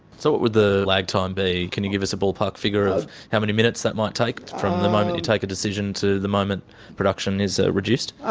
so what would the lag time be? can you give us a ballpark figure of how many minutes that might take, from the moment you take a decision to the moment production production is reduced?